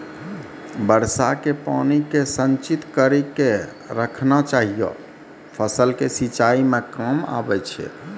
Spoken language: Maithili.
वर्षा के पानी के संचित कड़ी के रखना चाहियौ फ़सल के सिंचाई मे काम आबै छै?